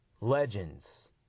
legends